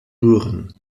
rühren